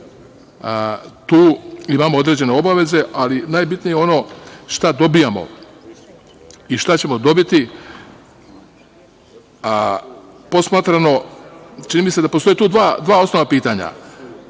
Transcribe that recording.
tu imamo određene obaveze, ali najbitnije je ono šta dobijamo i šta ćemo dobiti posmatrano i čini mi se da tu postoje dva osnova pitanja,